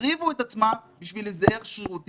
יקריבו את עצמם, בשביל איזה ערך שרירותי.